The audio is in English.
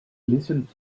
listened